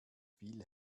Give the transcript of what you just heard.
viel